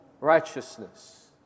righteousness